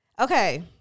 Okay